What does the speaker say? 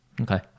Okay